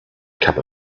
cup